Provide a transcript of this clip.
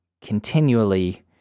continually